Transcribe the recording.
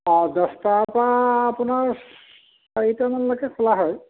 অ' দহটা পা আপোনাৰ চাৰিটা মানলৈ খোলা হয়